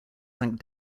sank